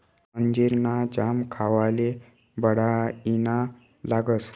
अंजीर ना जाम खावाले बढाईना लागस